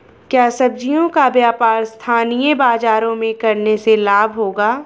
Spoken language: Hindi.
क्या सब्ज़ियों का व्यापार स्थानीय बाज़ारों में करने से लाभ होगा?